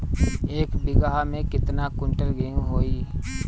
एक बीगहा में केतना कुंटल गेहूं होई?